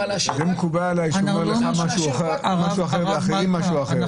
מקובל עליי שהוא אומר לך משהו אחר ולאחרים משהו אחר?